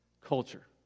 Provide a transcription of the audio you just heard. culture